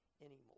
anymore